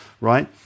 right